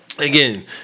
again